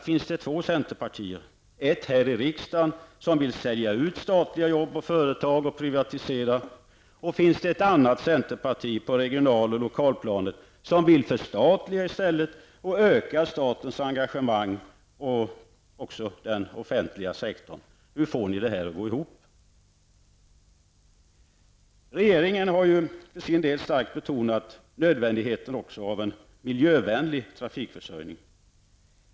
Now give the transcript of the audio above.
Finns det två centerpartier, ett här i riksdagen, som vill sälja ut statliga och företag och privatisera, och ett annat centerparti på regionaloch lokalplanet, som i stället vill förstatliga och öka statens engagemang och även den offentliga sektorn? Hur får ni detta att gå ihop? Regeringen har för sin del starkt betonat nödvändigheten av en miljövänlig trafikförsörjning.